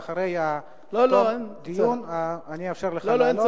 ובתום הדיון אני אאפשר לך לעלות.